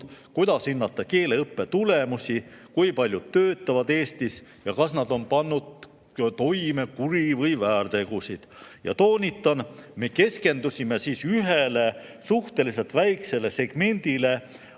Kuidas hinnata keeleõppe tulemusi? Kui paljud töötavad Eestis? Kas nad on pannud toime kuri- või väärtegusid? Toonitan, et me keskendusime ühele suhteliselt väiksele segmendile